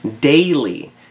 Daily